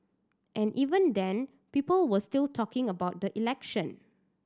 and even then people were still talking about the election